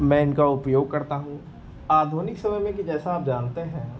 मैं इनका उपयोग करता हूँ आधुनिक समय में कि जैसा आप जानते हैं